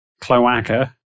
cloaca